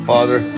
Father